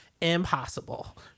impossible